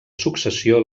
successió